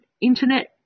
internet